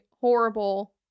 horrible